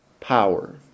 power